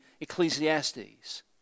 Ecclesiastes